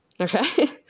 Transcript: Okay